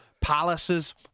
Palaces